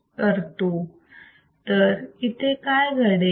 तर इथे काय घडेल